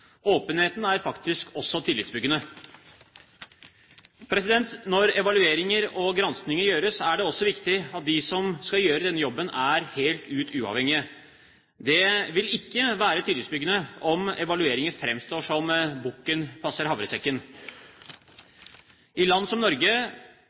Åpenheten er faktisk også tillitbyggende. Når evalueringer og granskninger gjøres, er det også viktig at de som skal gjøre denne jobben, er helt uavhengige. Det vil ikke være tillitbyggende om evalueringen framstår som om bukken passer havresekken.